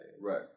Right